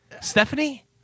Stephanie